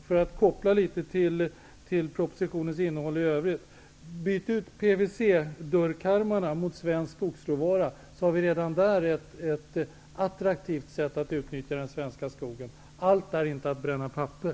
För att åstadkomma en liten koppling till propositionens innehåll i övrigt kan jag säga: Byt ut PVC dörrkarmar mot svensk skogsråvara! Redan det innebär ett attraktivt sätt att utnyttja den svenska skogen. Det handlar inte bara om att bränna papper!